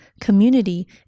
Community